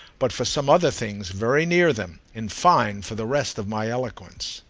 but for some other things very near them in fine for the rest of my eloquence.